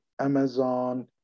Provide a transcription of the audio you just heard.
Amazon